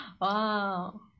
wow